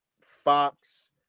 Fox